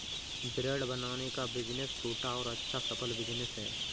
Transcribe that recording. bread बनाने का business छोटा और अच्छा सफल बिज़नेस है